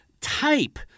type